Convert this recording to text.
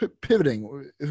Pivoting